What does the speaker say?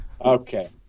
Okay